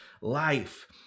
life